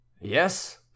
Yes